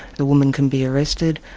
the woman can be arrested,